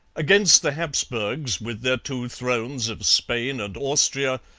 against the hapsburgs, with their two thrones of spain and austria,